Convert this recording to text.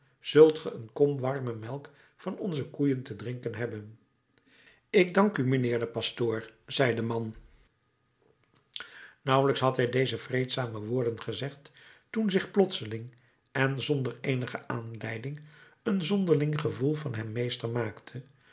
zult ge een kom warme melk van onze koeien te drinken hebben ik dank u mijnheer de pastoor zei de man nauwelijks had hij deze vreedzame woorden gezegd toen zich plotseling en zonder eenige aanleiding een zonderling gevoel van hem meester maakte